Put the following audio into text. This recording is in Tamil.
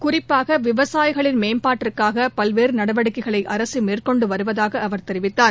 குறிப்பாக விவசாயிகளின் மேம்பாட்டிற்காக பல்வேறு நடவடிக்கைகளை அரக மேற்கொண்டு வருவதாக அவர் தெிவித்தார்